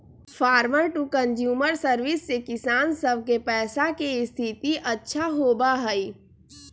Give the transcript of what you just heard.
farmer to consumer service से किसान सब के पैसा के स्थिति अच्छा होबा हई